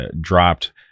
dropped